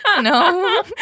No